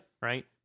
Right